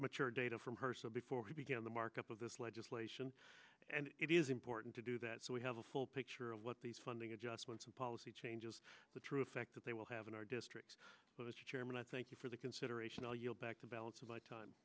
matured data from her so before we begin the markup of this legislation and it is important to do that so we have a full picture of what these funding adjustments and policy changes the true effect that they will have in our district as chairman i thank you for the consideration i'll yield back the balance of my time